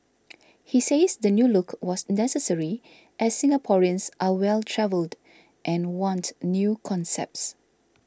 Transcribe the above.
he says the new look was necessary as Singaporeans are well travelled and want new concepts